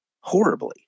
horribly